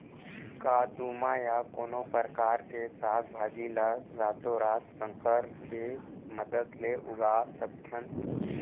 का तुमा या कोनो परकार के साग भाजी ला रातोरात संकर के मदद ले उगा सकथन?